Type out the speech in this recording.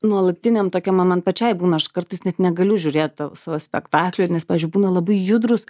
nuolatiniam tokiam na man pačiai būna aš kartais net negaliu žiūrėt savo spektaklio nes pavyzdžiui būna labai judrūs